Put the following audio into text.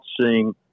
seeing